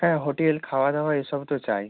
হ্যাঁ হোটেল খাওয়া দাওয়া এই সব তো চাই